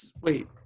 Wait